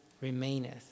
remaineth